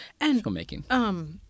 filmmaking